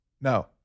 No